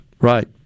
Right